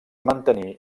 mantenir